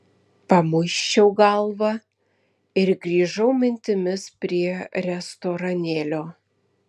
pamuisčiau galvą ir grįžau mintimis prie restoranėlio